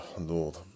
Lord